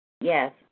Yes